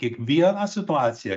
kiekvieną situaciją